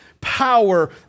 power